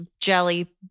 jelly